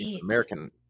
American